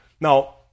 Now